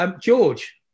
George